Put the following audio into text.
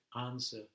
answer